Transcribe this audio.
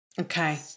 Okay